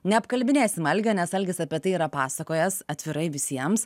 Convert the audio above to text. neapkalbinėsim algio nes algis apie tai yra pasakojęs atvirai visiems